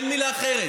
אין מילה אחרת.